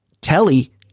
Telly